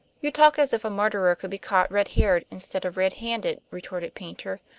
you talk as if a murderer could be caught red-haired instead of red-handed, retorted paynter.